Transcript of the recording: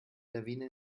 lawine